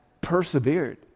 persevered